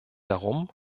darum